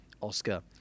Oscar